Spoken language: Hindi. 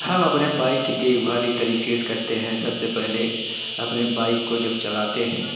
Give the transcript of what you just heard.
हम अपने बाइक की देखभाल इस तरीक़े से करते हैं सबसे पहले अपने बाइक को जब चलाते हैं